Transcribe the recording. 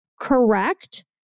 correct